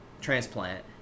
transplant